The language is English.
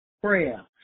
prayer